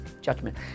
Judgment